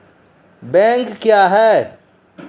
Bank क्या हैं?